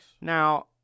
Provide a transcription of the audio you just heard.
Now